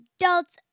adults